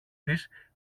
της